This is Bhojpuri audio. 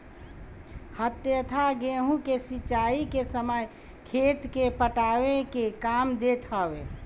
हत्था गेंहू के सिंचाई के समय खेत के पटावे के काम देत हवे